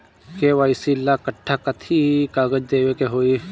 KYC ला कट्ठा कथी कागज देवे के होई?